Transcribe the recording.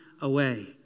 away